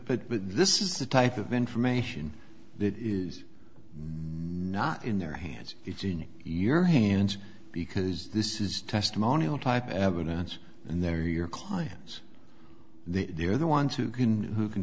honor but this is the type of information that is not in their hands it's in your hands because this is testimonial type evidence and they're your clients they're the ones who can who can